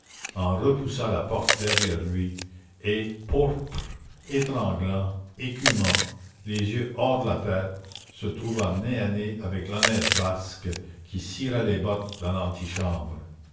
en repoussa la porte derrière lui et pourpre étranglant écumant les yeux hors de la tête se trouva nez à nez avec l'honnête basque qui cirait les bottes dans l'antichambre